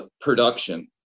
production